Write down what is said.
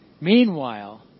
Meanwhile